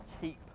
keep